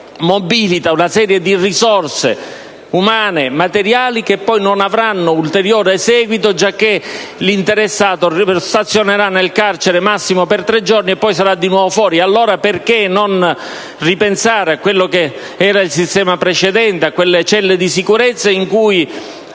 mobilita una serie di risorse umane e materiali che poi non avranno ulteriore seguito giacché l'interessato stazionerà nel carcere massimo per tre giorni e poi sarà di nuovo fuori. Allora, perché non ripensare al sistema precedente, a quelle celle di sicurezza in cui